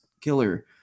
killer